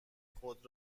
خود